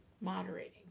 moderating